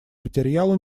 материалу